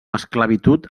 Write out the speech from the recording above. esclavitud